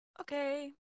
Okay